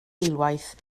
eilwaith